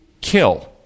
kill